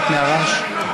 מפני הרעש.